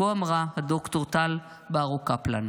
כה אמרה ד"ר טל ברו אלוני.